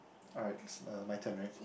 alright my turn right